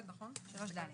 3(ד)